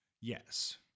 Yes